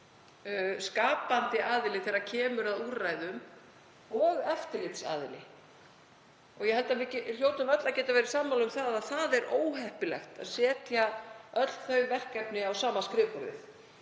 skapandi aðili þegar kemur að úrræðum og eftirlitsaðili. Ég held að við hljótum öll að geta verið sammála um að það er óheppilegt að setja öll þau verkefni á sama skrifborðið.